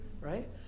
Right